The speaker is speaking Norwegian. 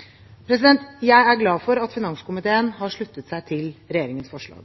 skatteregler. Jeg er glad for at finanskomiteen har sluttet seg til regjeringens forslag.